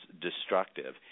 destructive